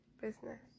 business